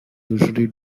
usually